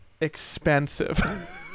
expensive